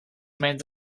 remained